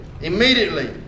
immediately